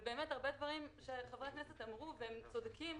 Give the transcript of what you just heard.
הרבה דברים שחברי הכנסת אמרו והם צדקו,